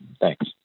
Thanks